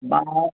बाहर